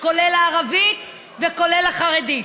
כולל הערבית וכולל החרדית.